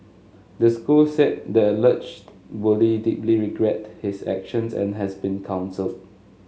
the school said the alleged bully deeply regret his actions and has been counselled